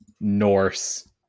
Norse